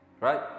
Right